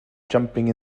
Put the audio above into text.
jumping